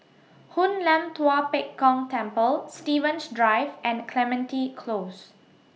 Hoon Lam Tua Pek Kong Temple Stevens Drive and Clementi Close